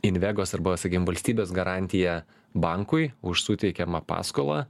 invegos arba sakykim valstybės garantija bankui už suteikiamą paskolą